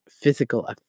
physical